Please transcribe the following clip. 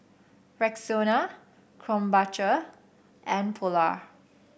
Rexona Krombacher and Polar